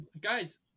Guys